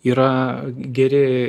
yra geri